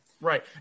Right